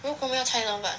如果没有菜怎么办